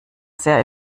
sehr